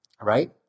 right